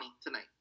tonight